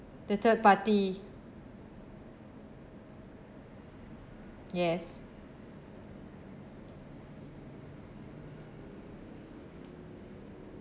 the third party yes